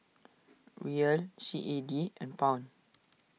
Riel C A D and Pound